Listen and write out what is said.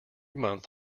month